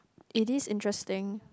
it is interesting